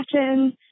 fashion